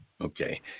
Okay